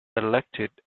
elected